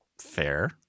Fair